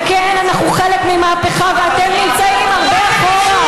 וכן, אנחנו חלק ממהפכה, ואתם נמצאים הרבה אחורה.